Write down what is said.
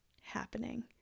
happening